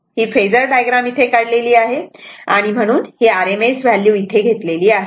ही phasor diagram काढलेली आहे आणि म्हणून RMS व्हॅल्यू घेतलेली आहे